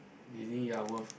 you think you're worth